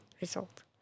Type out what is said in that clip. result